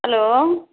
hello